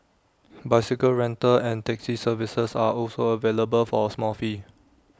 bicycle rental and taxi services are also available for A small fee